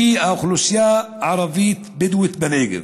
שהיא האוכלוסייה הערבית-בדואית בנגב.